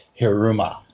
Hiruma